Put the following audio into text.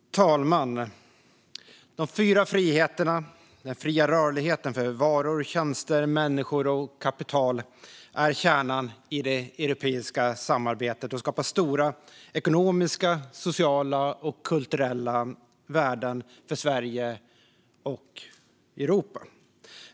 Fru talman! De fyra friheterna - den fria rörligheten för varor, tjänster, människor och kapital - är kärnan i det europeiska samarbetet och skapar stora ekonomiska, sociala och kulturella värden för Sverige och Europa.